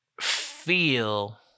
feel